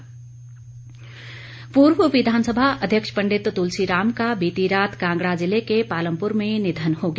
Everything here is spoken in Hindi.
तुलसी राम पूर्व विधानसभा अध्यक्ष पंडित तुलसी राम का बीती रात कांगड़ा जिले के पालमपुर में निधन हो गया